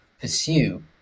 pursue